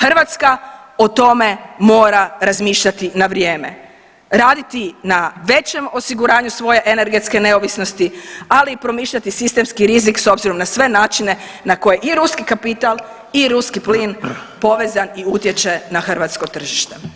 Hrvatska o tome mora razmišljati na vrijeme, raditi na većem osiguranju svoje energetske neovisnosti, ali i promišljati sistemski rizik s obzirom na sve načine na koje je i ruski kapital i ruski plin povezan i utječe na hrvatsko tržište.